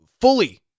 fully